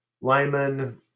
Lyman